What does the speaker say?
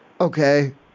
Okay